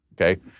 Okay